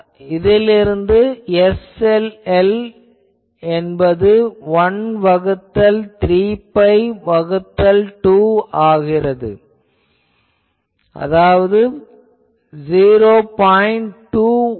இதிலிருந்து SLL என்பது 1 வகுத்தல் 3 பை வகுத்தல் 2 என ஆகிறது அதாவது 0